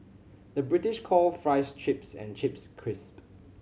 the British call fries chips and chips crisp